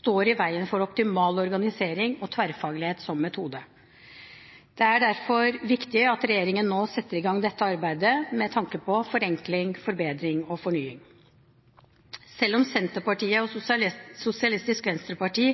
står i veien for optimal organisering og tverrfaglighet som metode. Det er derfor viktig at regjeringen nå setter i gang dette arbeidet med tanke på forenkling, forbedring og fornying. Selv om Senterpartiet og Sosialistisk Venstreparti